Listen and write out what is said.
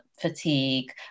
fatigue